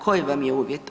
Koji vam je uvjet?